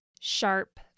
sharp